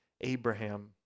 Abraham